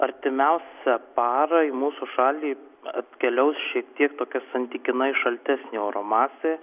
artimiausią parą į mūsų šalį atkeliaus šiek tiek tokia santykinai šaltesnė oro masė